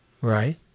Right